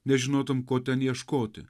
nežinotum ko ten ieškoti